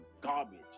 Garbage